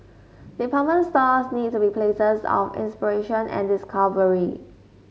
department stores need to be places of inspiration and discovery